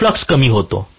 तर फ्लक्स कमी होतो